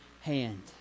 hand